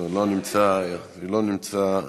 לא נמצא, לא נמצא,